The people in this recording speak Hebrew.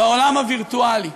והעולם הווירטואלי,